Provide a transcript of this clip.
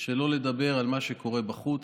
שלא לדבר על מה שקורה בחוץ,